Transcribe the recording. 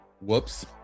Whoops